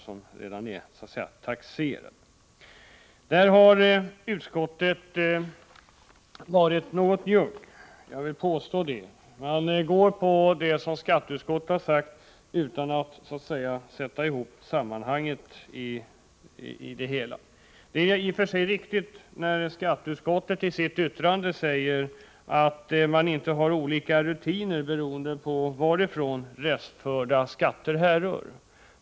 Jag vill påstå att utskottet i detta avseende varit något njuggt. Bostadsutskottet utgår ifrån det som skatteutskottet har sagt utan att ta hänsyn till sammanhanget. Det är i och för sig riktigt när skatteutskottet i sitt yttrande säger att man vid indrivning inte har olika rutiner beroende på varifrån restförda skatter härrör.